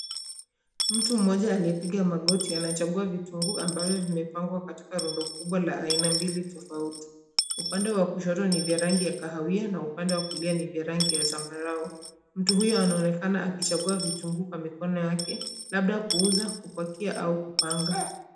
Mtu mmoja aliyepiga magoti anachagua vitunguu ambavyo vimepangwa katika rundo kubwa la aina mbili tofauti. Upande wa kushoto ni vya rangi ya kahawia na upande wa kulia ni vya rangi ya zambarau. Mtu huyo anaonekana akichagua vitunguu kwa mikono yake labda kuuza, kupakia au kupanga.